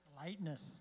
Lightness